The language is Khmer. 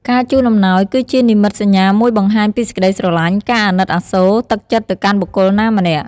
ការជូនអំណោយគឺជានិមិត្តសញ្ញាមួយបង្ហាញពីសេចក្ដីស្រឡាញ់ ការអាណិតអាសូរ ទឹកចិត្តទៅកាន់បុគ្គលណាម្នាក់។